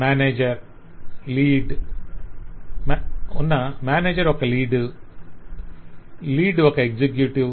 manager ఒక lead lead ఒక executive